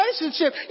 relationship